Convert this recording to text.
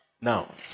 Now